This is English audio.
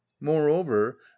moreover